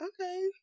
Okay